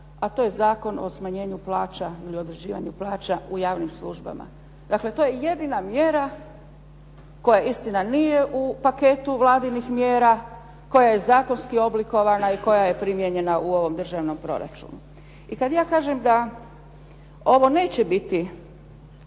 a to je zakon o smanjenju plaća ili određivanja plaća u javnim službama. Dakle, to je jedina mjera koja istina nije u paketu vladinih mjera, koja je zakonski oblikovana i koja je primijenjena u ovom državnom proračunu. I kad ja kažem da ovo neće biti